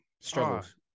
struggles